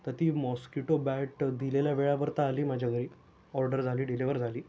तर ती mosquito bat दिलेल्या वेळेवर तर आली माझ्या घरी ऑर्डर झाली डिलीवर झाली